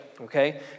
Okay